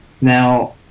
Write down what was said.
now